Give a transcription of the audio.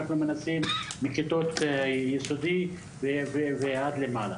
כבר מכיתות היסודי ומעלה.